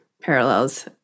parallels